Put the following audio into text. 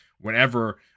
whenever